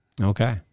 Okay